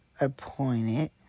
appointed